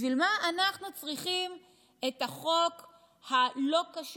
בשביל מה אנחנו צריכים את החוק הלא-קשור